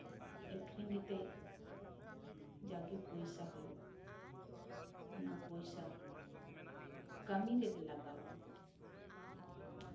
ᱟᱹᱠᱷᱨᱤᱧ ᱠᱟᱛᱮᱜ ᱡᱟᱜᱮ ᱯᱚᱭᱥᱟ ᱦᱩᱭᱩᱜᱼᱟ ᱚᱱᱟ ᱯᱚᱭᱥᱟ ᱠᱟᱹᱢᱤ ᱨᱮᱞᱮ ᱞᱟᱜᱟᱣᱟ